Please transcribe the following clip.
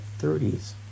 30s